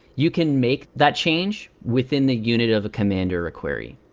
you can make that change within the unit of a command or a query,